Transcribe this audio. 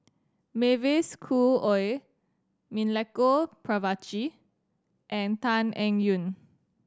Mavis Khoo Oei Milenko Prvacki and Tan Eng Yoon